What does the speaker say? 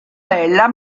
bella